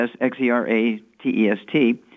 X-E-R-A-T-E-S-T